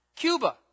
Cuba